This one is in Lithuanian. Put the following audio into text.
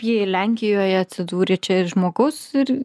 ji lenkijoje atsidūrė čia ir žmogus ir